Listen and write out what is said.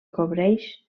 cobreix